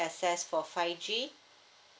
access for five G